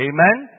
Amen